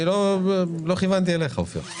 לא כיוונתי אליך, אופיר.